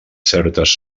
certes